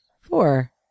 four